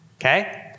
okay